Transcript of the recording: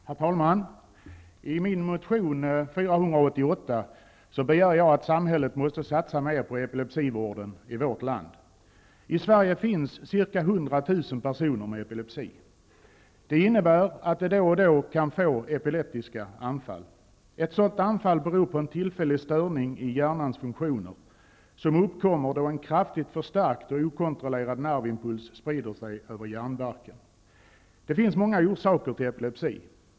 Herr talman! I min motion SoU488 begär jag att samhället skall satsa mer på epilepsivården i vårt land. I Sverige finns ca 100 000 personer med epilepsi. Det innebär att de då och då kan få epileptiska anfall. Ett sådant anfall beror på en tillfällig störning i hjärnans funktioner, som uppkommer då en kraftigt förstärkt och okontrollerad nervimpuls sprider sig över hjärnbalken. Det finns många orsaker till epilepsi.